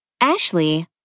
Ashley